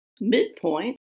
Midpoint